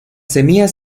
semillas